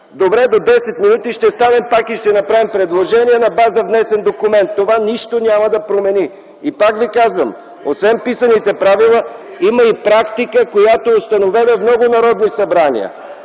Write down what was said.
Добре, до 10 минути ще станем пак и ще направим предложение на база на внесен документ. Това нищо няма да промени. Пак казвам, освен писмените правила има и практика, която е установена в много народни събрания.